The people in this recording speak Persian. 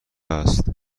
است